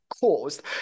caused